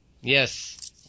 yes